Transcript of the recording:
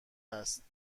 هست